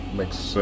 makes